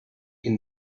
can